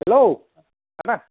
हेल' आदा